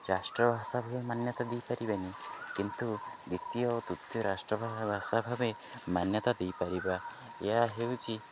ରାଷ୍ଟ୍ରଭାଷା ଭାବେ ମାନ୍ୟତା ଦେଇପାରିବାନି କିନ୍ତୁ ଦ୍ୱିତୀୟ ଓ ତୃତୀୟ ରାଷ୍ଟ୍ରଭାଷା ଭାବେ ମାନ୍ୟତା ଦେଇପାରିବା ଏହା ହେଉଛି